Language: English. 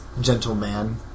gentleman